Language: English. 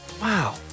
Wow